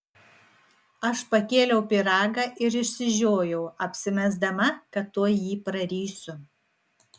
aš pakėliau pyragą ir išsižiojau apsimesdama kad tuoj jį prarysiu